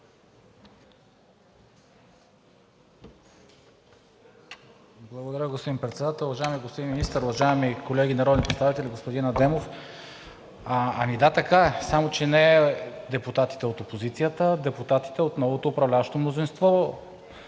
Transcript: Благодаря, господин Председател. Уважаеми господин Министър, уважаеми колеги народни представители, господин Адемов! Да, така е, само че не депутатите от опозицията, а депутатите от новото управляващо мнозинство,